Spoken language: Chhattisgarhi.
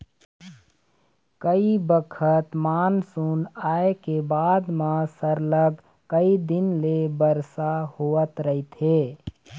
कइ बखत मानसून आए के बाद म सरलग कइ दिन ले बरसा होवत रहिथे